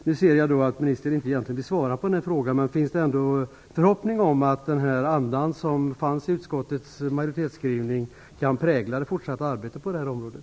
Nu ser jag att ministern inte vill svara på frågan, men finns det ändå en förhoppning om att den anda som fanns i utskottets majoritetsskrivning kan prägla det fortsatta arbetet på det här området?